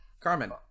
Carmen